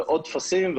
עוד טפסים,